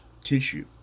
tissue